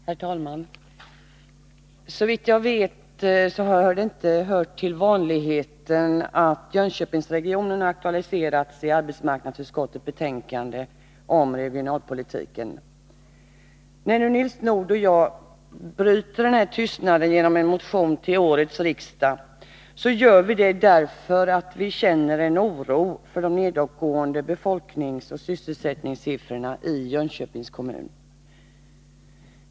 Herr talman! Såvitt jag vet har det inte hört till vanligheten att Jönköpingsregionen har aktualiserats i arbetsmarknadsutskottets betänkanden om regionalpolitiken. När nu Nils Nordh och jag bryter den tystnaden genom att väcka en motion till årets riksmöte är det därför att vi känner en oro för de nedåtgående befolkningsoch sysselsättningstalen i Jönköpings kommun.